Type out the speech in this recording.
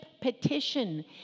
petition